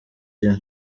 gihe